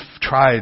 tried